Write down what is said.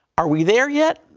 are we there yet?